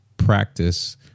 practice